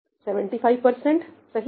75 सही